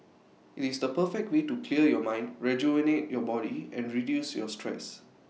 IT is the perfect way to clear your mind rejuvenate your body and reduce your stress